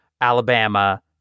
Alabama